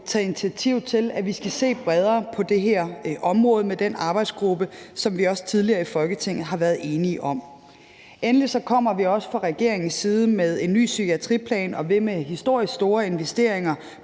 taget initiativ til, at vi skal se bredere på det her område med den arbejdsgruppe, som vi også tidligere i Folketinget har været enige om. Endelig kommer vi også fra regeringens side med en ny psykiatriplan og vil med historisk store investeringer